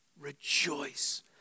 Rejoice